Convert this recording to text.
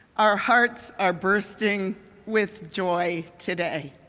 our hearts are bursting with joy today.